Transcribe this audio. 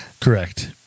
Correct